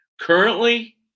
currently